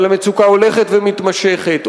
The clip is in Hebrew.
אבל המצוקה הולכת ומתמשכת,